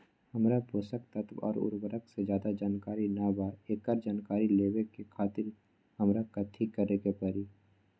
हमरा पोषक तत्व और उर्वरक के ज्यादा जानकारी ना बा एकरा जानकारी लेवे के खातिर हमरा कथी करे के पड़ी?